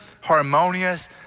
harmonious